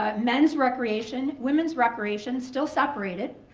ah men's recreation, women's recreation, still separated,